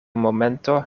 momento